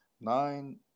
nine